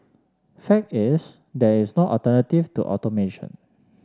fact is there is no alternative to automation